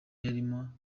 yarimo